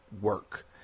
work